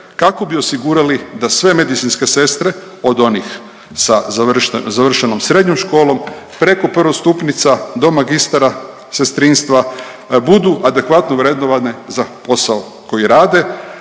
kako bi osigurali da sve medicinske sestre od onih sa završenom srednjom školom preko prvostupnica do magistara sestrinstva budu adekvatno vrednovane za posao koji rade,